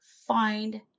find